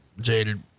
jaded